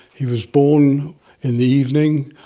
he was born in the evening,